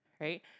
right